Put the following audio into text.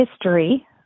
history